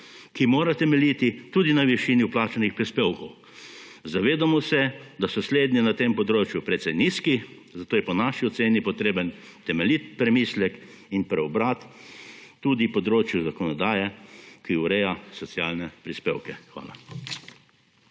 ki mora temeljiti tudi na višini vplačanih prispevkov. Zavedamo se, da so slednji na tem področju precej nizki, zato je po naši oceni potreben temeljit premislek in preobrat tudi na področju zakonodaje, ki ureja socialne prispevke. Hvala.